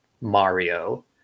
mario